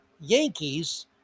Yankees